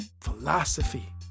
philosophy